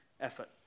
effort